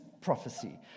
prophecy